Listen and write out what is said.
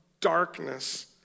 darkness